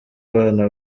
abana